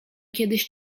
kiedyś